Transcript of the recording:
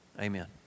amen